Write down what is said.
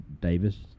Davis